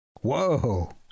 Whoa